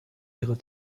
ihre